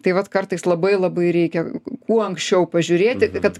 tai vat kartais labai labai reikia kuo anksčiau pažiūrėti kad